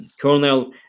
colonel